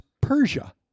Persia